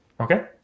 Okay